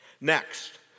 Next